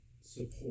support